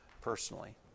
personally